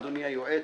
אדוני היועץ,